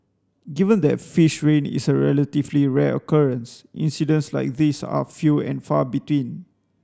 given that fish rain is a relatively rare occurrence incidents like these are few and far between